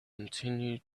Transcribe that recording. continue